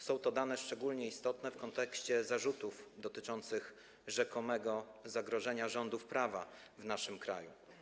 Są to dane szczególnie istotne w kontekście zarzutów dotyczących rzekomego zagrożenia rządów prawa w naszym kraju.